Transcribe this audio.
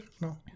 No